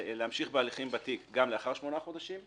בהליכים בתיק גם לאחר שמונה חודשים,